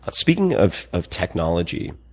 ah speaking of of technology,